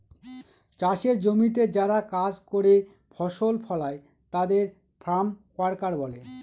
চাষের জমিতে যারা কাজ করে ফসল ফলায় তাদের ফার্ম ওয়ার্কার বলে